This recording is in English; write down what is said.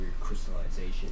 crystallization